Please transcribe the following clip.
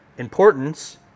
importance